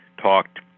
talked